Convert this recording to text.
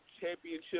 championship